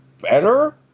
better